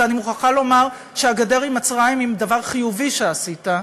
ואני מוכרחה לומר שהגדר עם מצרים היא דבר חיובי שעשית,